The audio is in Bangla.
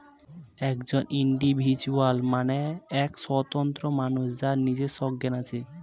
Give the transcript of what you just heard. একজন ইন্ডিভিজুয়াল মানে এক স্বতন্ত্র মানুষ যার নিজের সজ্ঞান আছে